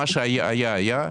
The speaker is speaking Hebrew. מה שהיה היה,